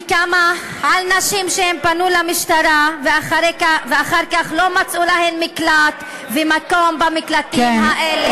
וכמה נשים פנו למשטרה ואחר כך לא מצאו להן מקלט ומקום במקלטים האלה.